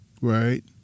right